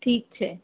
ઠીક છે